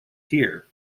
here